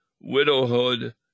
widowhood